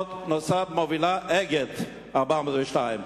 מסוימות מובילה "אגד" את קו 402,